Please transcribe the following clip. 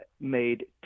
made